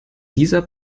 dieser